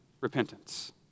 repentance